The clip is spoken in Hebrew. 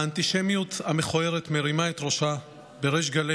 האנטישמיות המכוערת מרימה את ראשה בריש גלי